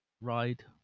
ride